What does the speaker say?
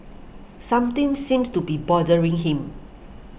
something seems to be bothering him